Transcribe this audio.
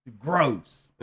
Gross